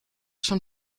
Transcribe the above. schon